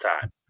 time